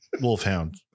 Wolfhound